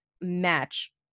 match